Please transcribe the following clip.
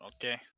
okay